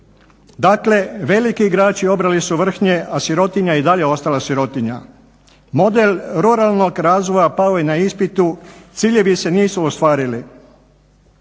Dakle veliki igrači obrali su vrhnje, a sirotinja je i dalje ostala sirotinja. Model ruralnog razvoja pao je na ispitu, ciljevi se nisu ostvarili.